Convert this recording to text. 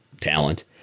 talent